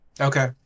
Okay